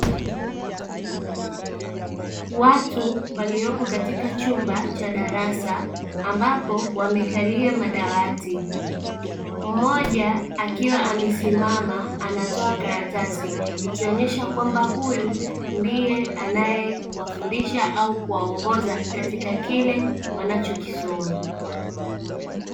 Watu waliopo katika chumba cha darasa ambapo wamekalia madawati, mmoja akiwa amesimama anatoa karatasi ikionyesha kwamba huyu ndiye anayewafundisha au kuwaongoza katika kile wanachokisoma.